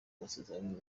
amasezerano